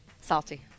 Salty